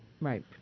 Right